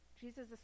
Jesus